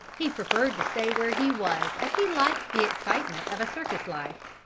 he preferred to stay where he was as he liked the excitement of a circus life.